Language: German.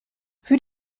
für